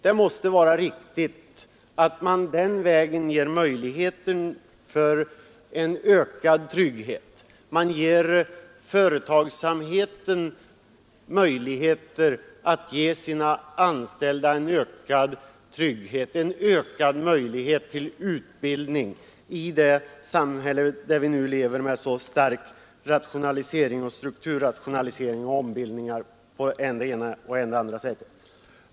Det måste vara riktigt att den vägen ger företagsamheten möjligheter att ge sina anställda en ökad trygghet, en ökad möjlighet till utbildning, i det samhället som vi lever i med dess kraftiga strukturrationaliseringar och ombildningar på än det ena, än det andra sättet.